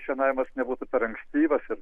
šienavimas nebūtų per ankstyvas ir